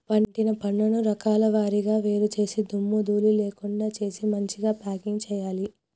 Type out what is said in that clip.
పండిన పంటను రకాల వారీగా వేరు చేసి దుమ్ము ధూళి లేకుండా చేసి మంచిగ ప్యాకింగ్ చేయాలి